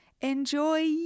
Enjoy